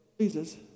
Jesus